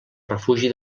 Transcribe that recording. refugi